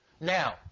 Now